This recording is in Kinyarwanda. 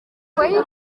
wabaye